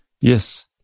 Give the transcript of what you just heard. Yes